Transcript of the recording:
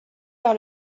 vers